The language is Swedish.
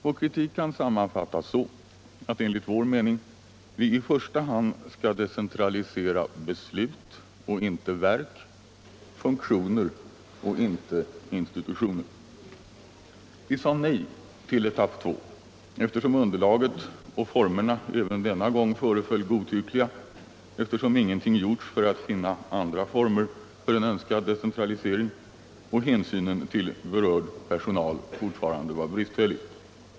Vår kritik kan sammanfattas så, att enligt vår mening vi i första hand skall decentralisera beslut och inte verk, funktioner och inte institutioner. Vi sade nej till etapp 2, eftersom underlaget och formerna även denna gång föreföll godtyckliga och eftersom ingenting gjorts för att finna andra former för en önskad decentralisering och hänsynen till berörd personal fortfarande var bristfällig.